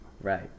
Right